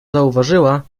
zauważyła